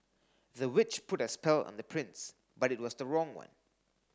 the witch put a spell on the prince but it was the wrong one